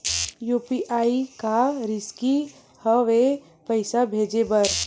UPI का रिसकी हंव ए पईसा भेजे बर?